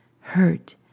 hurt